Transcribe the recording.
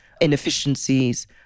inefficiencies